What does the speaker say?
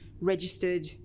registered